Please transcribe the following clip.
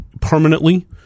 permanently